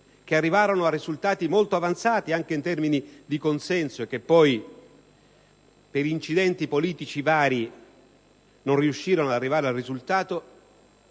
arrivarono a risultati molto avanzati anche in termini di consenso e poi, per incidenti politici vari, non riuscirono ad arrivare al risultato,